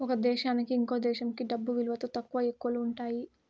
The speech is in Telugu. ఒక దేశానికి ఇంకో దేశంకి డబ్బు విలువలో తక్కువ, ఎక్కువలు ఉంటాయి